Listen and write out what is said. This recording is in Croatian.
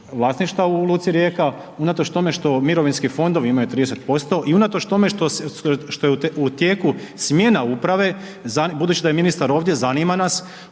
vlasništva u luci Rijeka, unatoč tome što mirovinski fondovi imaju 30% i unatoč tome što je u tijeku smjena uprave, budući da je ministar ovdje, zanima nas